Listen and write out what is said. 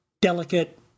delicate